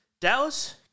Dallas